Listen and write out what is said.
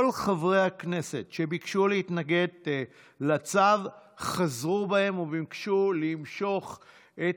כל חברי הכנסת שביקשו להתנגד לצו חזרו בהם וביקשו למשוך את